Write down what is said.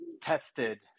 tested